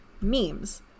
Memes